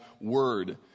word